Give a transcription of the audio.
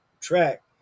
track